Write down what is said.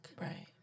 Right